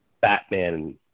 Batman